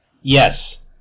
Yes